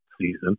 season